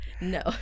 No